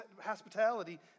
hospitality